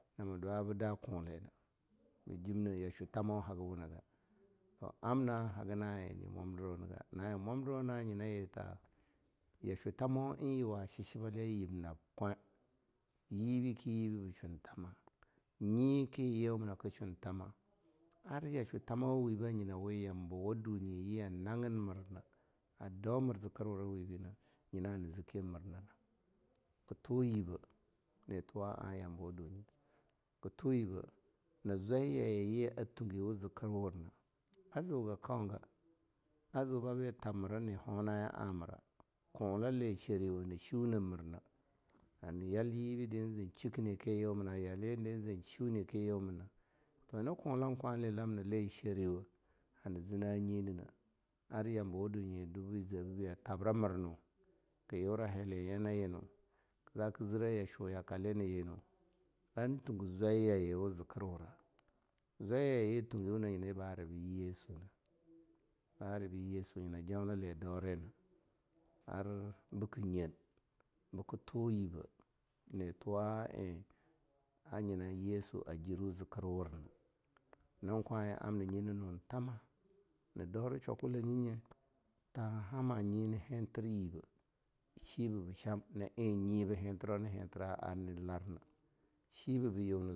Na madwa ba da kinlina ba jimna yashwu thamau haga buna ga, toh amna haga na eh na mwamdiro niga, na eh mwamdiro nyina yi ta yashwu thamau yuwa shichi-baliya yib nab kweh, yibi ki yibi ba shwun thama, nyi ki yiwu mina ka shwun thama ar yashwu thama wa wibi nyinawi yambawa dinye yi a naggin mirna a dau mira a zikin wura wibin nyina hana ziki mirna na. Ka twuh yiba netuwa a'a tambawa dunye, ka twuh yibeh na zwai ya yi yi tungiwa zikir wurna a ziu ga kaunga, a ziu babi thab mira behonayi a mira. Kunlali shriwa hana shuna mirna hama yal yibi zen shikini ki yiwa mina, yal yibi di sen shikini ki yiwu mina. Toh nyina kumla kwale lamna shariwo hana zina nyidina, ar yambawa dunye dwabi ze bibah a thabra mirnu, ka yura heleya na yinu zaka ka zerah yasheuwa yakale ne yinu ar tunge zwaiya yiwu zikirwura, zwaiya yi yi a tungiwauna nyina yi ba ari be yesu nah, ba ari bi yesu nyina jonlali a daurina, ar bika nyen bikja twuh yibeh netuwa eh a nyim yesu a kirwu zikirwurna. Nan kwan eh amna mi nu thama na daura shwakula nyi nye ta han hama nyi na hintir yiba shiba ba shain na eh nyi ba bintir arna larna, shiba ba yuna.